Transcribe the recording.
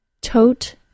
Tote